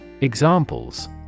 Examples